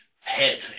head